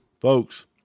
folks